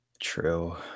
True